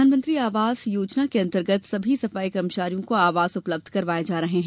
प्रधानमंत्री आवास योजना के अन्तर्गत सभी सफाई कर्मचारियों को आवास उपलब्ध करवाये जा रहे हैं